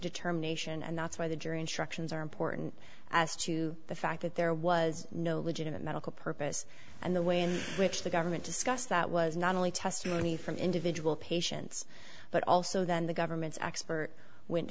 determination and that's why the jury instructions are important as to the fact that there was no legitimate medical purpose and the way in which the government discussed that was not only testimony from individual patients but also then the government's expert went